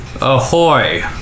Ahoy